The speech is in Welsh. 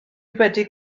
wedi